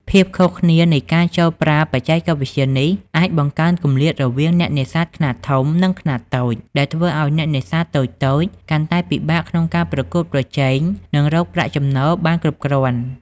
ភាពខុសគ្នានៃការចូលប្រើបច្ចេកវិទ្យានេះ អាចបង្កើនគម្លាតរវាងអ្នកនេសាទខ្នាតធំ និងខ្នាតតូច ដែលធ្វើឲ្យអ្នកនេសាទតូចៗកាន់តែពិបាកក្នុងការប្រកួតប្រជែង និងរកប្រាក់ចំណូលបានគ្រប់គ្រាន់។